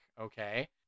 Okay